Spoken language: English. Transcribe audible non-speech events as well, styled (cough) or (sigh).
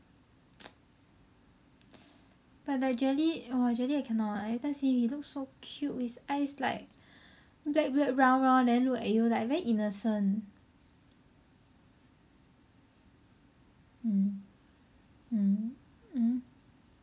(noise) but like jelly !wah! jelly I cannot I every time see him he look so cute his eyes like black black round round then look at you like very innocent mm mm mm